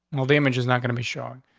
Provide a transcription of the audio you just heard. little damage is not gonna be sure.